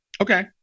Okay